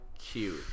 cute